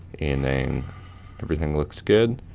and then everything looks good,